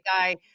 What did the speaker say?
guy